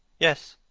yes.